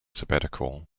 sabbatical